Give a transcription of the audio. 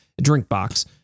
Drinkbox